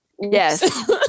yes